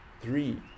three